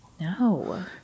No